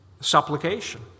supplication